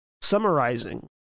summarizing